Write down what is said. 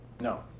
No